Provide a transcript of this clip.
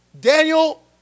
Daniel